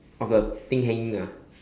of the thing hanging ah